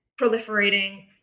proliferating